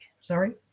sorry